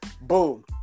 boom